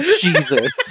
Jesus